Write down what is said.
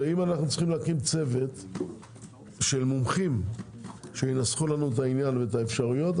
אם נצטרך להקים צוות של מומחים שינסחו לנו את העניין ואת האפשרויות,